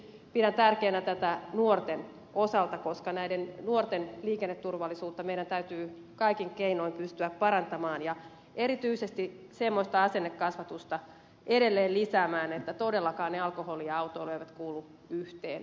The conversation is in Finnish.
ja erityisesti pidän tätä tärkeänä nuorten osalta koska meidän täytyy kaikin keinoin pystyä parantamaan näiden nuorten liikenneturvallisuutta ja edelleen lisäämään erityisesti semmoista asennekasvatusta että todellakaan ne alkoholi ja autoilu eivät kuulu yhteen